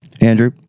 Andrew